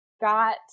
got